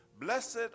Blessed